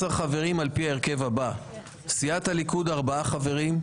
17 חברים על פי ההרכב הבא: סיעת הליכוד ארבעה חברים;